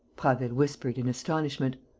prasville whispered, in astonishment